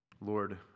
Lord